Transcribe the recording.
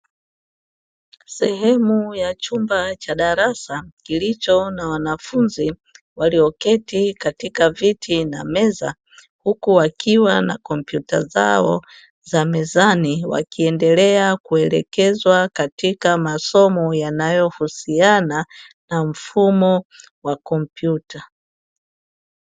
Sehemu ya chumba cha darasa kilicho na wanafunzi walioketi katika viti na meza huku wakiwa na kompyuta zao za mezani wakiendelea kuelekezwa katika masomo yanayohusiana na mfumo wa kompyuta.